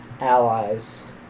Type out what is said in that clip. allies